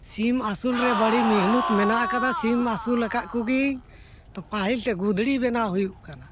ᱥᱤᱢ ᱟᱹᱥᱩᱞ ᱨᱮ ᱵᱟᱹᱲᱤ ᱢᱮᱦᱱᱚᱛ ᱢᱮᱱᱟᱜ ᱟᱠᱟᱫᱟ ᱥᱤᱢ ᱟᱹᱥᱩᱞ ᱟᱠᱟᱫ ᱠᱚᱜᱮ ᱛᱚ ᱯᱟᱹᱦᱤᱞ ᱛᱮ ᱜᱩᱫᱽᱲᱤ ᱵᱮᱱᱟᱣ ᱦᱩᱭᱩᱜ ᱠᱟᱱᱟ